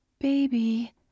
baby